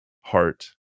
heart